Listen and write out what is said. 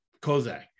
Kozak